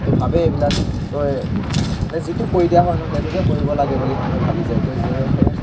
তো ভাবে এইবিলাক মানে যিটো কৈ দিয়া হয় ন সেইটোকে কৰিব লাগে বুলি মানুহে ভাবি যায় তো যাৰ ফলত